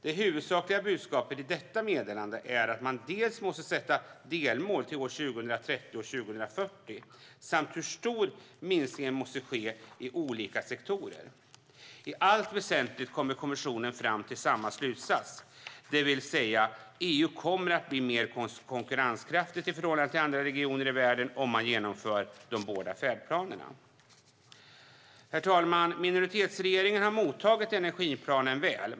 Det huvudsakliga budskapet i detta meddelande är att man dels måste sätta delmål till år 2030 och 2040, dels hur stor minskningen måste vara i olika sektorer. I allt väsentligt kommer kommissionen fram till samma slutsats, det vill säga att EU kommer att bli mer konkurrenskraftigt i förhållande till andra regioner i världen om man genomför de båda färdplanerna. Herr talman! Minoritetsregeringen har mottagit energiplanen väl.